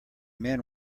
man